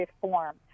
form